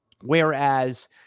whereas